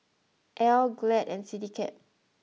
Elle Glad and Citycab